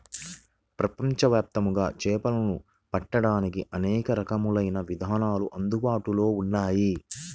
ప్రపంచవ్యాప్తంగా చేపలను పట్టడానికి అనేక రకాలైన విధానాలు అందుబాటులో ఉన్నాయి